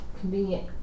Convenient